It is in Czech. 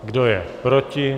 Kdo je proti?